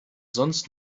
sonst